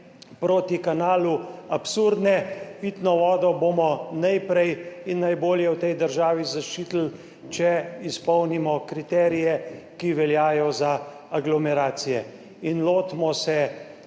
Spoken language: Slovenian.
proti kanalu absurdne. Pitno vodo bomo najprej in najbolje v tej državi zaščitili, če izpolnimo kriterije, ki veljajo za aglomeracije. Lotimo se